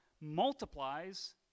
Multiplies